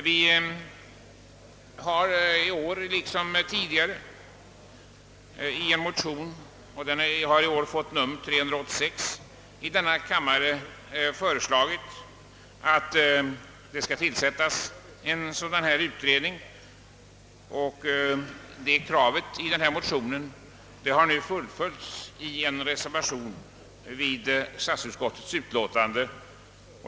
Vi har från högerpartiets sida i år liksom tidigare i motioner — i denna kammare nr 386 — föreslagit att en utredning skall tillsättas med det syfte som jag här har angett. Detta motionskrav har nu fullföljts i en reservation till statsutskottets utlåtande.